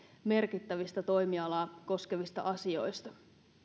merkittävistä toimialaa koskevista asioista